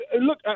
Look